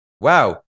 wow